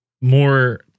more